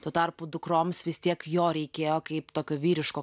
tuo tarpu dukroms vis tiek jo reikėjo kaip tokio vyriško